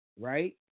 right